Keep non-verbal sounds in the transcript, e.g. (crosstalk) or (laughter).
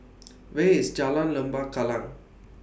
(noise) Where IS Jalan Lembah Kallang